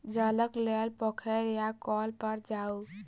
जलक लेल पोखैर या कौल पर जाऊ